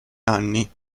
anni